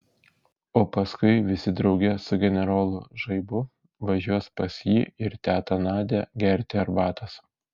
o paskui visi drauge su generolu žaibu važiuos pas jį ir tetą nadią gerti arbatos